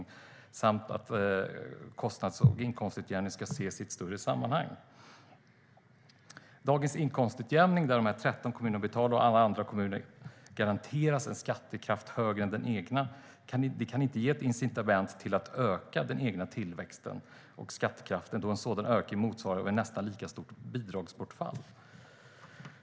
De menade också att kostnads och inkomstutjämningen ska ses i ett större sammanhang. Dagens inkomstutjämning där de 13 kommunerna betalar och alla andra kommuner garanteras en skattekraft högre än den egna kan inte ge ett incitament till att öka den egna tillväxten och skattekraften då en sådan ökning motsvaras av ett nästan lika stort bidragsbortfall.